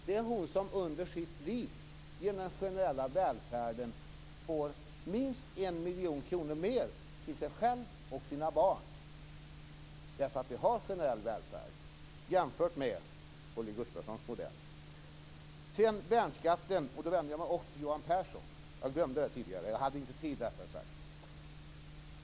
Det är hon som under sitt liv genom den generella välfärden får minst 1 miljon kronor mer till sig själv och sina barn, därför att vi har generell välfärd. Detta kan jämföras med Holger Gustafssons modell. När det sedan gäller värnskatten vänder jag mig också till Johan Pehrson. Jag hade inte tid att göra det tidigare.